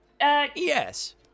yes